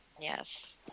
Yes